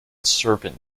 serpent